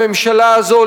הממשלה הזאת,